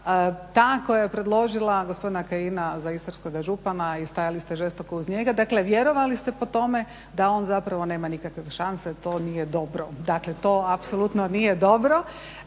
ta koja je predložila gospodina Kajina za istarskoga župana i stajali ste žestoko uz njega. Dakle, vjerovali ste po tome da on zapravo nema nikakve šanse. To nije dobro. Dakle, to apsolutno nije dobro.